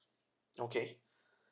okay